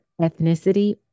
ethnicity